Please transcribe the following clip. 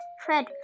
Fred